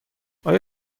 آیا